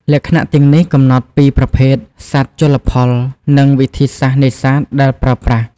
លក្ខណៈទាំងនេះកំណត់ពីប្រភេទសត្វជលផល និងវិធីសាស្ត្រនេសាទដែលប្រើប្រាស់។